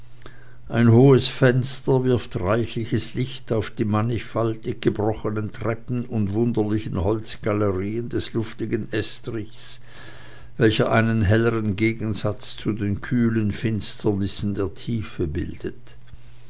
ein hohes fenster wirft reichliches licht auf die mannigfaltig gebrochenen treppen und wunderlichen holzgalerien des luftigen estrichs welcher einen hellern gegensatz zu den kühlen finsternissen der tiefe bildet